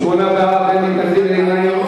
שמונה בעד, אין מתנגדים, אין נמנעים.